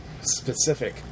specific